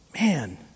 man